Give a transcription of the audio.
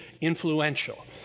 influential